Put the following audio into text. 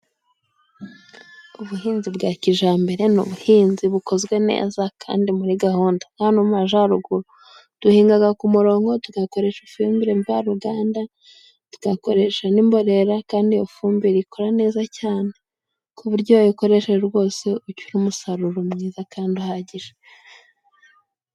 Ubuhinzi bwa kijambere n'ubuhinzi bukozwe neza kandi muri gahunda hano mu majaruguru duhingaga ku muronko tugakoreshasha ifure mvaruganda tugakoresha n'imborera kandi iyo fumbire ikora neza cyane ku buryo uyikoreshaje rwose ucura umusaruro mwiza kandi uhagije.